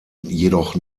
jedoch